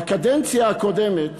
בקדנציה הקודמת